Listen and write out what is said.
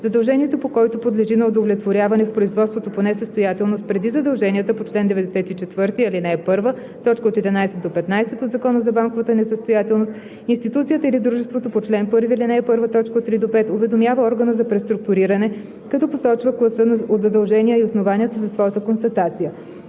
задължението по който подлежи на удовлетворяване в производството по несъстоятелност преди задълженията по чл. 94, ал. 1, т. 11 – 15 от Закона за банковата несъстоятелност, институцията или дружеството по чл. 1, ал. 1, т. 3 – 5 уведомява органа за преструктуриране, като посочва класа от задължения и основанията за своята констатация.